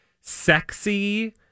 sexy